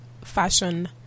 fashion